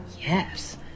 yes